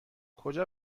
کجا